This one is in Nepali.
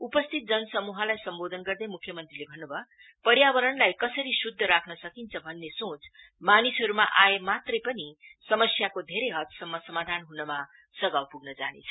उपस्थित जनसमूहलाई सम्बोधन गर्दै मुख्य मंत्रीले भन्नु भयो पर्यावरणलाई कसरी शुद्ध राख्न सकिन्छ भन्ने सोच मानिसहरूमा आए मात्रै पनि समस्याको धेरै हदसम्म समाधान हुनमा सघाउ पुग्न जानेछ